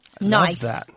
Nice